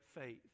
faith